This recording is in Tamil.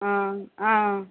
ஆ ஆ